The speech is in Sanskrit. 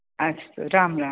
अस्तु राम् राम्